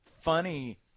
funny